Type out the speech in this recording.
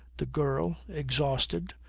the girl, exhausted,